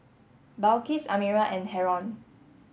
Balqis Amirah and Haron